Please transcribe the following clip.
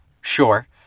Sure